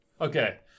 okay